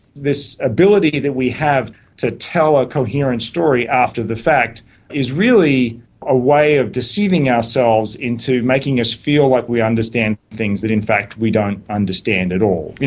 this ability that we have to tell a coherent story after the fact is really a way of deceiving ourselves into making us feel like we understand things that in fact we don't understand at all. you